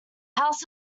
house